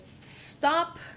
stop